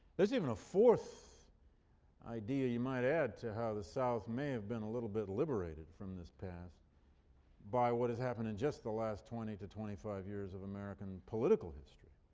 there's even a fourth idea you might add to how the south may have been a little bit liberated from this past by what has happened in just the last twenty to twenty-five years of american political history,